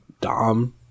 Dom